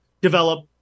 develop